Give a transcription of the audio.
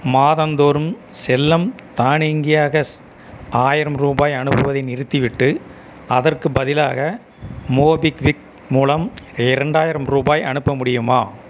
மாதந்தோறும் செல்லம் தானியங்கியாக ஆயிரம் ரூபாய் அனுப்புவதை நிறுத்திவிட்டு அதற்குப் பதிலாக மோபிக்விக் மூலம் இரண்டாயிரம் ரூபாய் அனுப்ப முடியுமா